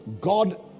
God